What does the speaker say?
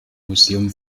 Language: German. museum